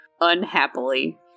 unhappily